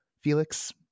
Felix